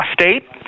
State